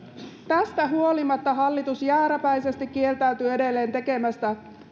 tästä huolimatta hallitus jääräpäisesti kieltäytyy edelleen tekemästä